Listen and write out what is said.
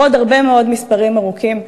ועוד הרבה מאוד מספרים ארוכים.